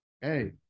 Hey